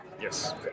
Yes